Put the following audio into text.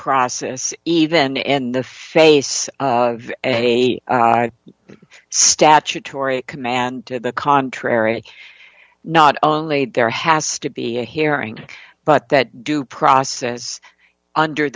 process even in the face a statutory command to the contrary not only there has to be a hearing but that due process under